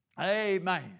Amen